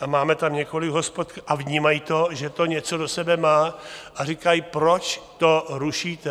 a máme tam několik hospod a vnímají to, že to něco do sebe má, a říkají: Proč to rušíte?